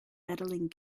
medaling